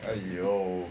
!aiyo!